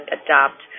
adopt